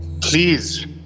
Please